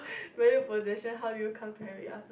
没有 possession how do you come carry us lah